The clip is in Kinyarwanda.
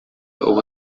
ubu